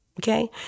okay